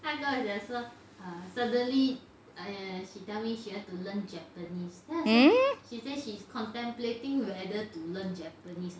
hmm